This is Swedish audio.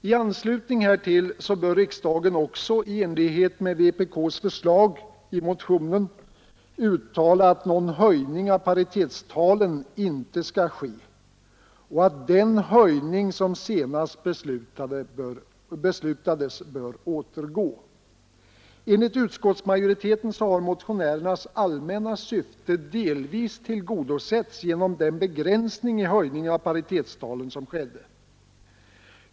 I anslutning härtill bör riksdagen också i enlighet med vpk:s förslag i motionen uttala att någon höjning av paritetstalen inte skall ske och att den höjning som senast beslutades bör återgå. Enligt utskottsmajoriteten har motionärernas allmänna syfte delvis tillgodosetts genom den begränsning i höjningen av paritetstalen som skedde.